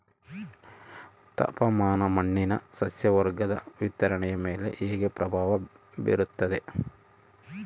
ತಾಪಮಾನ ಮಣ್ಣಿನ ಸಸ್ಯವರ್ಗದ ವಿತರಣೆಯ ಮೇಲೆ ಹೇಗೆ ಪ್ರಭಾವ ಬೇರುತ್ತದೆ?